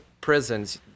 prisons